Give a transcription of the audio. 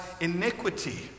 iniquity